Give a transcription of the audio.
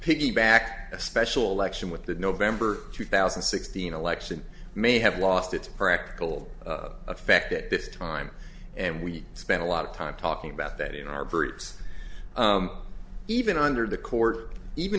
piggybacked a special election with the november two thousand and sixteen election may have lost its practical effect at this time and we spent a lot of time talking about that in our birds even under the court even